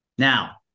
Now